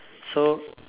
so